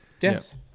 Yes